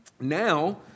Now